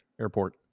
Airport